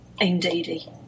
Indeedy